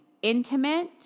intimate